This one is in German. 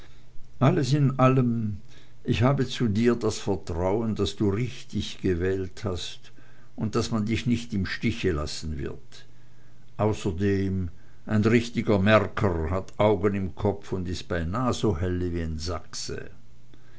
alles in allem ich habe zu dir das vertrauen daß du richtig gewählt hast und daß man dich nicht im stiche lassen wird außerdem ein richtiger märker hat augen im kopf und is beinah so helle wie n sachse